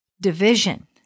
division